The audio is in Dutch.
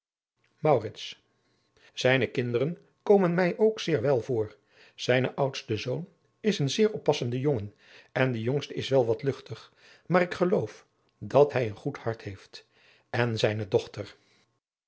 zijne kinderen komen mij ook zeer wel voor zijne oudste zoon is een zeer oppassende jongen en de jongste is wel wat luchtig maar ik geloof dat hij een goed hart heeft en zijne dochter